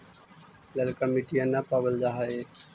ललका मिटीया न पाबल जा है?